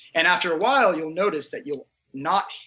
and after a while you'll notice that you'll not,